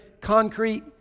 concrete